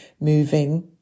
moving